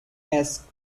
esk